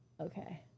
Okay